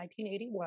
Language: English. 1981